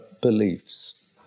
beliefs